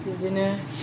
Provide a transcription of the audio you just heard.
बिदिनो